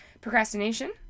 procrastination